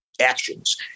actions